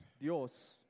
Dios